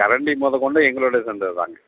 கரண்டி முதக் கொண்டு எங்களோட சேர்ந்தது தாங்க